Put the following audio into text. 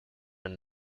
and